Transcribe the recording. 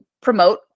promote